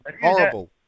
Horrible